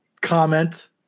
comment